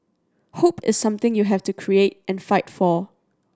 hope is something you have to create and fight for